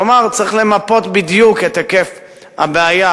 כלומר, צריך למפות בדיוק את היקף הבעיה,